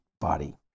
body